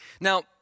Now